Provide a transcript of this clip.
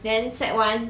then sec one